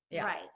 right